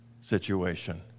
situation